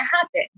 happen